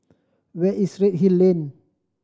where is Redhill Lane